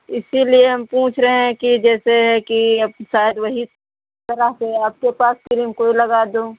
इसलिए हम पूछ रहे हैं कि जैसे है कि अब शायद वही करा कर आपके पास क्रीम कोई लगा दो